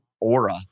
aura